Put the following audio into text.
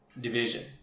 Division